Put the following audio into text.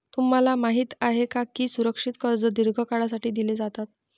तुम्हाला माहित आहे का की सुरक्षित कर्जे दीर्घ काळासाठी दिली जातात?